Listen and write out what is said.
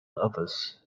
others